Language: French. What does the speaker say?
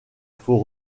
faut